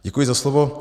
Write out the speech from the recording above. Děkuji za slovo.